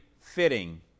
fitting